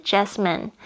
Jasmine 。